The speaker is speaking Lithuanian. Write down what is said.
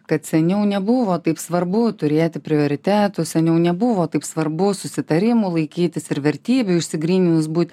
kad seniau nebuvo taip svarbu turėti prioritetus seniau nebuvo taip svarbu susitarimų laikytis ir vertybių išsigryninus būt